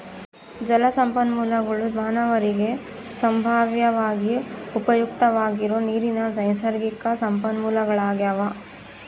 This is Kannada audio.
ಜಲಸಂಪನ್ಮೂಲಗುಳು ಮಾನವರಿಗೆ ಸಂಭಾವ್ಯವಾಗಿ ಉಪಯುಕ್ತವಾಗಿರೋ ನೀರಿನ ನೈಸರ್ಗಿಕ ಸಂಪನ್ಮೂಲಗಳಾಗ್ಯವ